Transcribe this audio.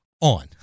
on